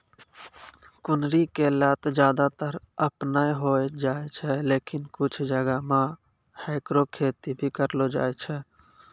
कुनरी के लत ज्यादातर आपनै होय जाय छै, लेकिन कुछ जगह मॅ हैकरो खेती भी करलो जाय छै